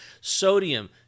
sodium